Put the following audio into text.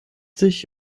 sich